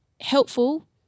helpful